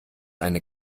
eine